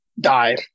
die